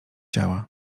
ciała